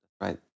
right